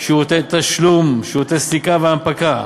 שירותי תשלום, שירותי סליקה והנפקה,